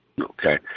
Okay